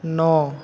नओ